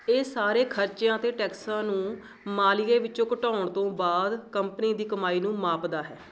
ਇਹ ਸਾਰੇ ਖਰਚਿਆਂ ਅਤੇ ਟੈਕਸਾਂ ਨੂੰ ਮਾਲੀਏ ਵਿੱਚੋਂ ਘਟਾਉਣ ਤੋਂ ਬਾਅਦ ਕੰਪਨੀ ਦੀ ਕਮਾਈ ਨੂੰ ਮਾਪਦਾ ਹੈ